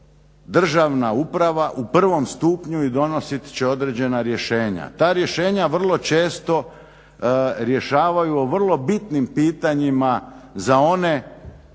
državna uprava u prvom stupnju i donosit će određena rješenja. Ta rješenja vrlo često rješavaju o vrlo bitnim pitanjima za one